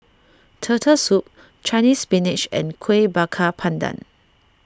Turtle Soup Chinese Spinach and Kuih Bakar Pandan